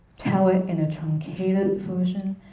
tell it in a truncated version,